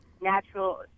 natural